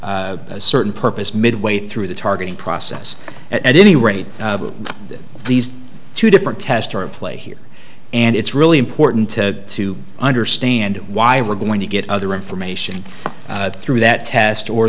a certain purpose midway through the targeting process at any rate these two different test play here and it's really important to understand why we're going to get other information through that test or